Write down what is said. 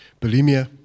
bulimia